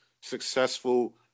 successful